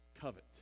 covet